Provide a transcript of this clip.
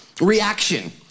reaction